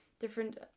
different